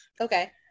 Okay